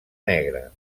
negra